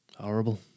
Horrible